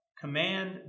command